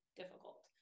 difficult